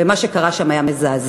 ומה שקרה שם היה מזעזע.